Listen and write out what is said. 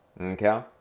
Okay